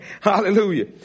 Hallelujah